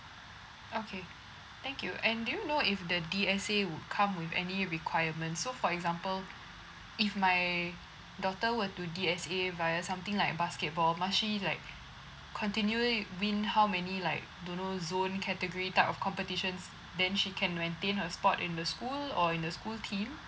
okay thank you and do you know if the D_S_A would come with any requirements so for example if my daughter were to D_S_A via something like basketball must she like continually win how many like don't know zone category type of competitions then she can maintain her spot in the school or in the school team